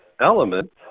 Element